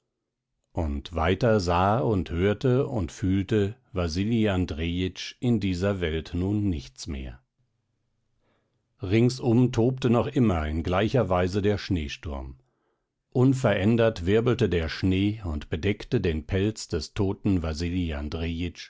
und weiter sah und hörte und fühlte wasili andrejitsch in dieser welt nun nichts mehr ringsum tobte noch immer in gleicher weise der schneesturm unverändert wirbelte der schnee und bedeckte den pelz des toten wasili